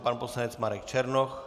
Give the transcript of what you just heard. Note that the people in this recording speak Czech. Pan poslanec Marek Černoch.